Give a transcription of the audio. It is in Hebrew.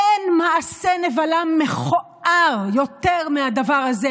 אין מעשה נבלה מכוער יותר מהדבר הזה,